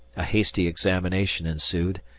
a hasty examination ensued,